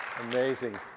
Amazing